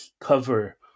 cover